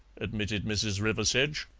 admitted mrs. riversedge.